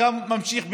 חלקם ממשיך בלימודים,